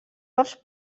pels